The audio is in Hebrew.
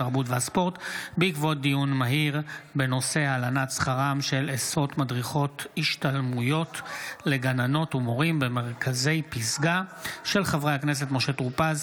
התרבות והספורט בעקבות דיון מהיר בהצעתם של חברי הכנסת משה טור פז,